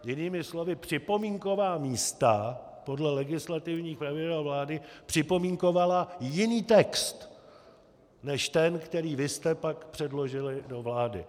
Jinými slovy, připomínková místa podle legislativních pravidel vlády připomínkovala jiný text než ten, který vy jste pak předložili do vlády.